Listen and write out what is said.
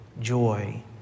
joy